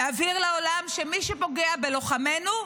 להבהיר לעולם שמי שפוגע בלוחמינו,